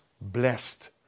Blessed